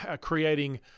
creating